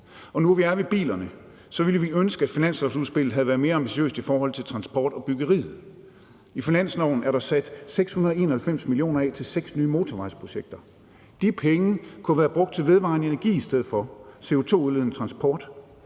Og nu vi er ved bilerne, ville vi ønske, at finanslovsudspillet havde været mere ambitiøst i forhold til transporten og byggeriet. I finanslovsforslaget er der sat 691 mio. kr. af til seks nye motorvejsprojekter. De penge kunne have været brugt til vedvarende energi i stedet for CO2-udledende transport.